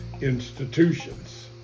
institutions